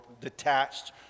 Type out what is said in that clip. detached